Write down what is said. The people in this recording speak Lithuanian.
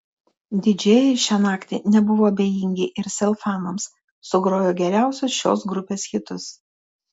didžėjai šią naktį nebuvo abejingi ir sel fanams sugrojo geriausius šios grupės hitus